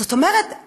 זאת אומרת,